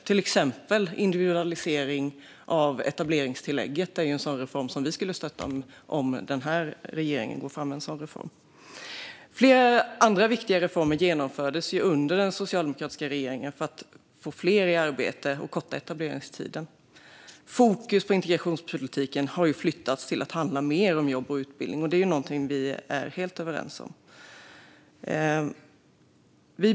Till exempel individualisering av etableringstillägget är en reform vi skulle stötta om regeringen gick fram med en sådan. Flera andra viktiga reformer genomfördes under den socialdemokratiska regeringens tid för att få fler i arbete och korta etableringstiden. Fokus i integrationspolitiken har flyttats till att handla mer om jobb och utbildning, och det är någonting vi är helt överens om.